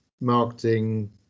marketing